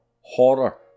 horror